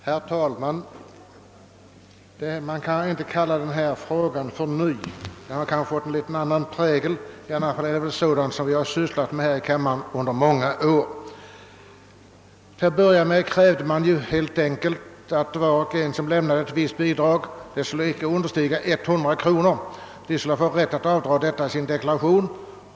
Herr talman! Man kan inte kalla den här frågan för ny, men den har kanske fått en annan prägel än tidigare. Vi har sysslat med den här i kammaren under många år. Till att börja med krävde motionärer helt enkelt att var och en som lämnade ett visst bidrag, icke understigande 100 kronor, skulle få rätt att dra av det i sin deklaration.